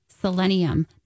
selenium